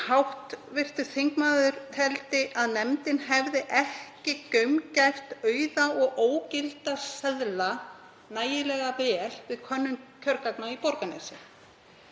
en hv. þingmaður teldi að nefndin hefði ekki gaumgæft auða og ógilda seðla nægilega vel við könnun kjörgagna í Borgarnesi